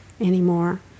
anymore